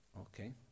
Okay